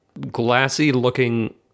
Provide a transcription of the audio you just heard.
glassy-looking